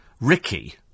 Ricky